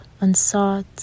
unsought